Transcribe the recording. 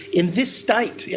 in this state, yeah